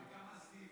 יש כמה סניפים,